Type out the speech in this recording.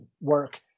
work